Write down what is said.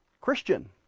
Christian